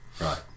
Right